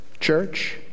church